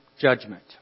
judgment